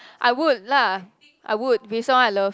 I would lah I would with someone I love